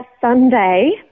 Sunday